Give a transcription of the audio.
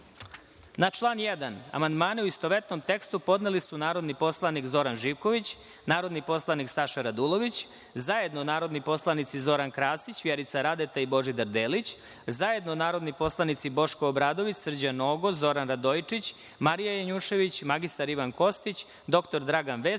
član 1. amandmane, u istovetnom tekstu, podneli su narodni poslanik Zoran Živković, narodni poslanik Saša Radulović, zajedno narodni poslanici Zoran Krasić, Vjerica Radeta i Božidar Delić, zajedno narodni poslanici Boško Obradović, Srđan Nogo, Zoran Radojičić, Marija Janjušević, mr Ivan Kostić, dr Dragan Vesović